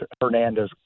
Hernandez